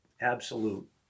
absolute